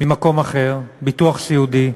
ממקום אחר, ביטוח סיעודי,